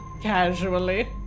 casually